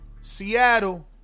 Seattle